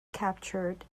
captured